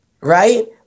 right